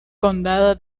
condado